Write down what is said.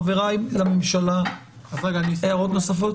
חבריי לממשלה, הערות נוספות?